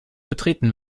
betreten